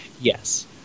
Yes